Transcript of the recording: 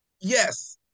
yes